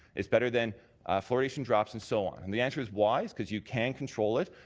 it's better than fluoridation drops and so on. and the answer is why? because you can control it.